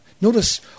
Notice